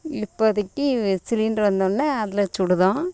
இப்போதைக்கி சிலிண்டரு வந்தவொடன அதில் சுடுறோம்